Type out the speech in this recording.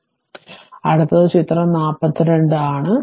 അതിനാൽ അടുത്തത് ചിത്രം 42 ൽ ഇത് ചിത്രം 42 ആണ്